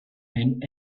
and